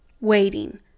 waiting